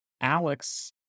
alex